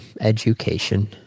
education